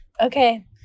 Okay